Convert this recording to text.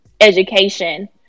education